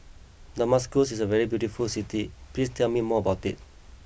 Damascus is a very beautiful city please tell me more about it